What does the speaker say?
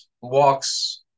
walks